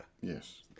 Yes